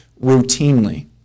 routinely